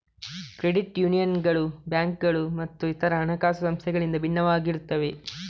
credit ಯೂನಿಯನ್ಗಳು ಬ್ಯಾಂಕುಗಳು ಮತ್ತು ಇತರ ಹಣಕಾಸು ಸಂಸ್ಥೆಗಳಿಂದ ಭಿನ್ನವಾಗಿರುತ್ತವೆ